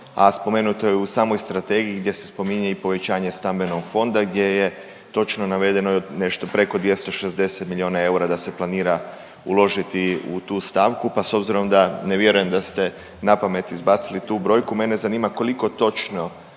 a spomenuto je u samoj Strategiji gdje se spominje i povećanje stambenog fonda gdje je točno navedeno nešto preko 260 milijuna eura da se planira uložiti u tu stavku, pa s obzirom da ne vjerujem da ste napamet izbacili tu brojku, mene zanima koliko točno